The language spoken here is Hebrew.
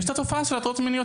יש את התופעה של הטרדות מיניות.